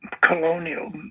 colonial